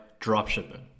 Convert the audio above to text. dropshipping